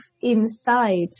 inside